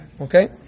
Okay